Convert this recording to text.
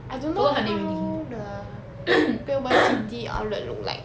I don't know how the great world city outlet look like